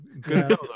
good